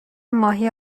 ماهی